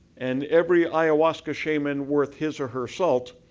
and every iowaska shamen worth his or her salt,